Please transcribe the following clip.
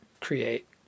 create